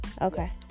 Okay